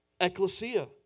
ecclesia